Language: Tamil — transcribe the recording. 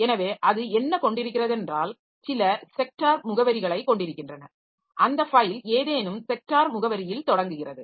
எனவே அது என்ன கொண்டிருக்கிறதென்றால் சில ஸெக்டார் முகவரிகளை காெண்டிருக்கின்றன அந்த ஃபைல் ஏதேனும் ஸெக்டார் முகவரியில் தொடங்குகிறது